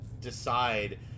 decide